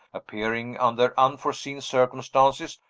appearing under unforeseen circumstances,